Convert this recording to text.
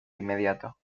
inmediato